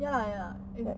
ya ya as in